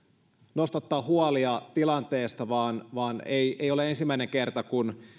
nostattaa huolia tilanteesta tämä ei ole ensimmäinen kerta kun